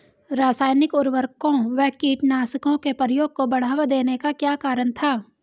रासायनिक उर्वरकों व कीटनाशकों के प्रयोग को बढ़ावा देने का क्या कारण था?